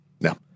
no